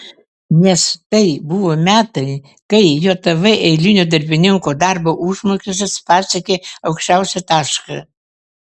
nes tai buvo metai kai jav eilinio darbininko darbo užmokestis pasiekė aukščiausią tašką